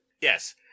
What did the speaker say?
Yes